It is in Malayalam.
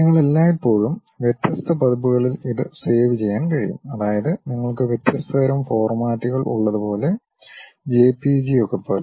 നിങ്ങൾക്ക് എല്ലായ്പ്പോഴും വ്യത്യസ്ത പതിപ്പുകളിൽ ഇത് സേവ് ചെയ്യാൻ കഴിയും അതായത് നിങ്ങൾക്ക് വ്യത്യസ്ത തരം ഫോർമാറ്റുകൾ ഉള്ളതുപോലെ ജെപിഇജി ഒക്കെ പോലെ